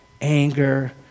anger